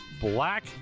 Black